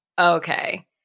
okay